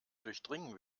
durchdringen